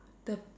the